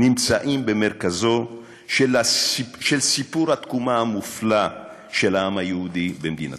נמצאים במרכזו של סיפור התקומה המופלא של העם היהודי במדינתו.